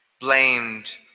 blamed